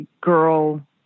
girl